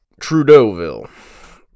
Trudeauville